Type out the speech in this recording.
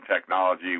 Technology